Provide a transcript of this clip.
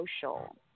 social